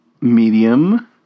medium